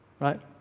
Right